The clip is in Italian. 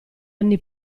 anni